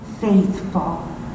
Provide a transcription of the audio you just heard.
faithful